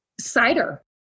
cider